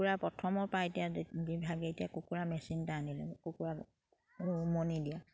কুকুৰা প্ৰথমৰ পৰা এতিয়া যিভাগে এতিয়া কুকুৰা মেচিন এটা আনিলোঁ কুকুৰা উমনি দিয়া